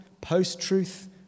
post-truth